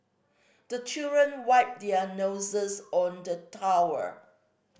the children wipe their noses on the tower